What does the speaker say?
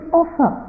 offer